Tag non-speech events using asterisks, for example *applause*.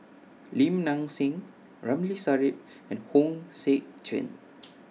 Lim Nang Seng Ramli Sarip and Hong Sek Chern *noise*